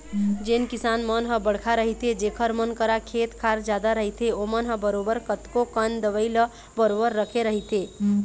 जेन किसान मन ह बड़का रहिथे जेखर मन करा खेत खार जादा रहिथे ओमन ह बरोबर कतको कन दवई ल बरोबर रखे रहिथे